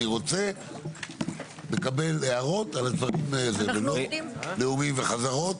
אני רוצה לקבל הערות על הדברים ולא נאומים וחזרות.